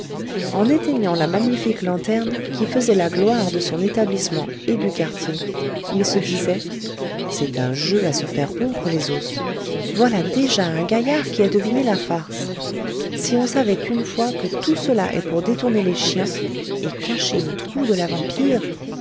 en éteignant la magnifique lanterne qui faisait la gloire de son établissement et du quartier il se disait c'est un jeu à se faire rompre les os voilà déjà un gaillard qui a deviné la farce si on savait une fois que tout cela est pour détourner les chiens et cacher le trou de la vampire